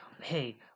hey